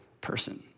person